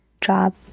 Job